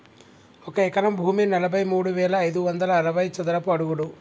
ఒక ఎకరం భూమి నలభై మూడు వేల ఐదు వందల అరవై చదరపు అడుగులు